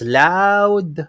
loud